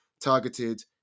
targeted